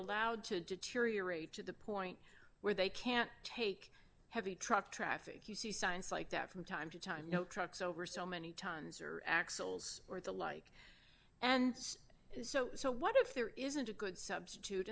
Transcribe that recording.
allowed to deteriorate to the point where they can't take heavy truck traffic you see signs like that from time to time you know trucks over so many tons or axles or the like and so so what if there isn't a good substitute